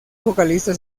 vocalista